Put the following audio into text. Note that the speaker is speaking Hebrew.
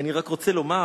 אני רק רוצה לומר